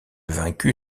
vaincu